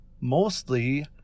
mostly